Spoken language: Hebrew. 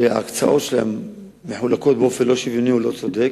שההקצאות נעשות באופן לא שוויוני או לא צודק,